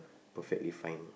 perfectly fine